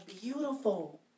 beautiful